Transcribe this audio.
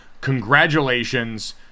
congratulations